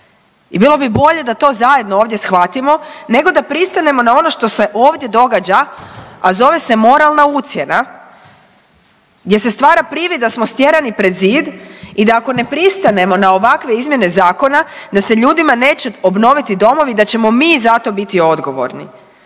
i bilo bi bolje da to zajedno ovdje shvatimo nego da pristanemo na ono što se ovdje događa, a zove se moralna ucjena gdje se stvara privid da smo stjerani pred zid i da ako ne pristanemo na ovakve izmjene Zakona, da se ljudima neće obnoviti domovi i da ćemo mi za to biti odgovorni.